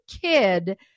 kid